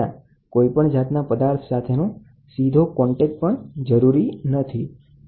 ત્યાં કોઈપણ જાતના પદાર્થ સાથેના સીધા સંપર્કની જરૂરી નથી